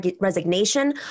resignation